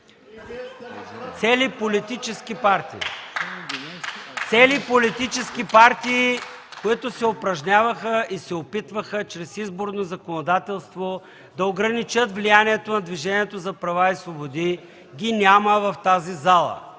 Цели политически партии, които се упражняваха и се опитваха чрез изборно законодателство да ограничат влиянието на Движението за права и свободи, ги няма в тази зала.